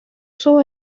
sus